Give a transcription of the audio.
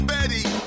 Betty